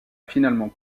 finalement